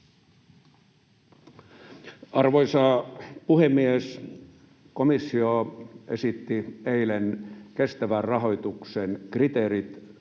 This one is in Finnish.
Arvoisa puhemies! Komissio esitti eilen kestävän rahoituksen kriteerit.